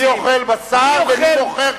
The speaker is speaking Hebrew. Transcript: מי אוכל בשר ומי מוכר כבשים?